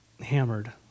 hammered